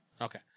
Okay